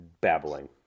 babbling